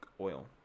oil